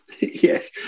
Yes